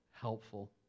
helpful